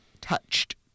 Touched